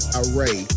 array